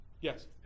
Yes